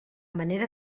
manera